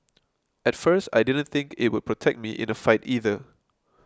at first I didn't think it would protect me in a fight either